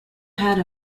had